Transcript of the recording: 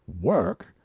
work